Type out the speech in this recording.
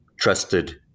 trusted